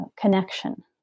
connection